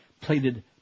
plated